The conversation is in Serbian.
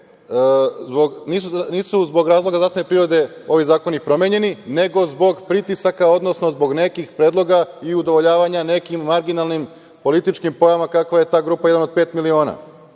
nisu zbog razloga zdravstvene prirode ovi zakoni promenjeni, nego zbog pritisaka, odnosno zbog nekih predloga i udovoljavanja nekim marginalnim političkim pojavama kakva je ta grupa „Jedan od